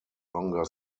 longer